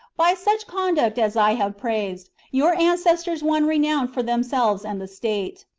by such conduct as i have praised your ancestors won renown for themselves and the state.